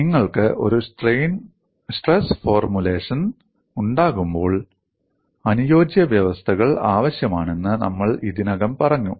നിങ്ങൾക്ക് ഒരു stress formulation ഉണ്ടാകുമ്പോൾ അനുയോജ്യത വ്യവസ്ഥകൾ ആവശ്യമാണെന്ന് നമ്മൾ ഇതിനകം പറഞ്ഞു